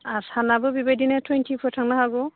आसानाबो बेबायदिनो थुवेन्थिफोर थांनो हागौ